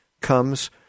comes